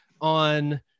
on